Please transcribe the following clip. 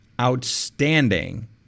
outstanding